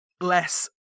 less